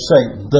Satan